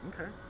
Okay